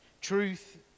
Truth